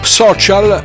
social